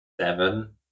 seven